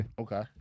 okay